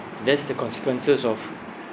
that's the consequences of